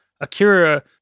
Akira